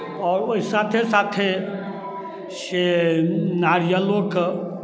आओर ओहि साथे साथे से नारियलोके